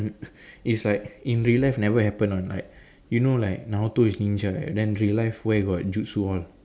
it's like in real life never happen one like you know like Naruto is ninja right then real life where got jutsu all